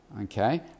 okay